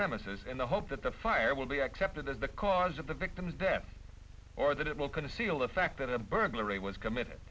premises in the hope that the fire will be accepted as the cause of the victim's death or that it will conceal the fact that a burglary was committed